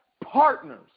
partners